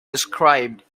described